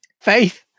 Faith